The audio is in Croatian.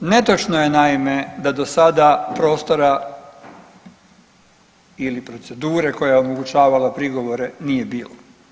Netočno je naime da do sada prostora ili procedure koja je omogućavala prigovore nije bilo.